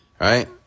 Right